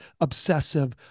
obsessive